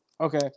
Okay